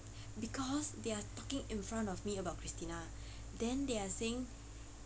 because they are talking in front of me about christina then they are saying